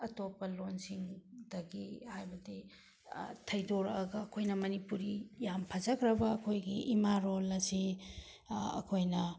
ꯑꯇꯣꯞꯄ ꯂꯣꯜꯁꯤꯡꯗꯒꯤ ꯍꯥꯏꯕꯗꯤ ꯊꯩꯗꯣꯔꯛꯑꯒ ꯑꯩꯈꯣꯏꯅ ꯃꯅꯤꯄꯨꯔꯤ ꯌꯥꯝ ꯐꯖꯈ꯭ꯔꯕ ꯑꯩꯈꯣꯏꯒꯤ ꯏꯃꯥ ꯂꯣꯜ ꯑꯁꯤ ꯑꯩꯈꯣꯏꯅ